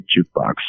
jukebox